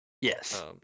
yes